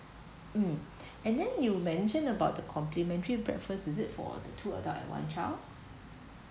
um and then you mentioned about the complimentary breakfast is it for the two adults and one child